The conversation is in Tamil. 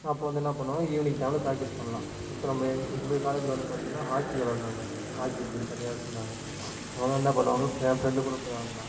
அப்போ வந்து என்னா பண்ணுவாங்க ஈவ்னிங் டைமில் ப்ராக்டிஸ் பண்ணலாம் இப்போ நம்ம எங்கள் எங்கள் காலேஜில் வந்து பார்த்திங்கன்னா ஹாக்கி விளாடுனாங்க ஹாக்கி டீம் தனியாக வச்சிருந்தாங்க அவங்க என்ன பண்ணுவாங்க என் ஃப்ரண்டு கூட போய் ஆடினான்